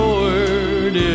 Lord